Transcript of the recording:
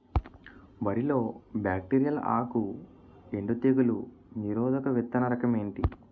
వరి లో బ్యాక్టీరియల్ ఆకు ఎండు తెగులు నిరోధక విత్తన రకం ఏంటి?